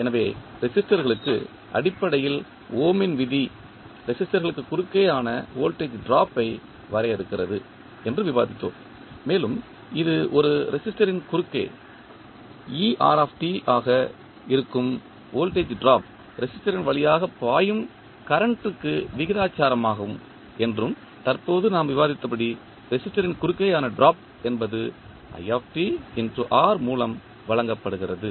எனவே ரெசிஸ்டர்களுக்கு அடிப்படையில் ஓமின் விதி ரெசிஸ்டர்களுக்கு குறுக்கே ஆன வோல்டேஜ் டிராப்பை வரையறுக்கிறது என்று விவாதித்தோம் மேலும் இது ஒரு ரெசிஸ்டரின் குறுக்கே ஆக இருக்கும் வோல்டேஜ் டிராப் ரெசிஸ்டரின் வழியாக பாயும் கரண்ட்டிற்கு விகிதாசாரமாகும் என்றும் தற்போது நாம் விவாதித்தபடி ரெசிஸ்டரின் குறுக்கேயான டிராப் என்பது மூலம் வழங்கப்படுகிறது